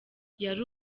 yari